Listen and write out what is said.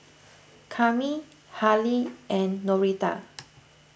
Kami Harlie and Norita